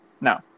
no